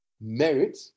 merit